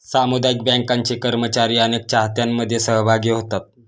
सामुदायिक बँकांचे कर्मचारी अनेक चाहत्यांमध्ये सहभागी होतात